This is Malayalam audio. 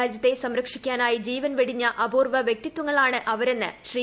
രാജ്യത്തെ സംരക്ഷിക്കാനായി ജീവൻ വെടിഞ്ഞ അപുർവ്വ വ്യക്തിത്വങ്ങളാണ് അവരെന്ന് ശ്രീ